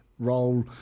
role